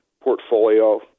portfolio